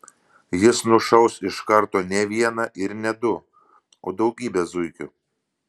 jis nušaus iš karto ne vieną ir ne du o daugybę zuikių